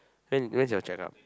when when's your checkup